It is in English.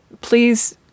Please